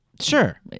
Sure